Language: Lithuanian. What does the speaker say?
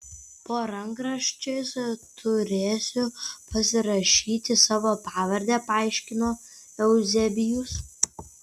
po rankraščiais turėsiu pasirašyti savo pavardę paaiškino euzebijus